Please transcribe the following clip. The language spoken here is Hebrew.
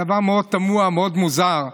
דבר מאוד תמוה, מאוד מוזר.